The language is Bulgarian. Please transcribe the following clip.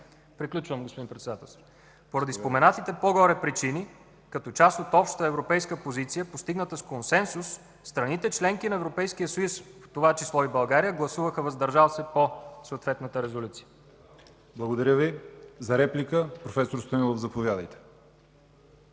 Приключвам, господин Председател. Поради споменатите по-горе причини като част от общата европейска позиция, постигната с консенсус, страните – членки на Европейския съюз, в това число и България, гласуваха „въздържал се” по съответната Резолюция. ПРЕДСЕДАТЕЛ ЯВОР ХАЙТОВ: Благодаря Ви. За реплика – проф. Станилов, заповядайте.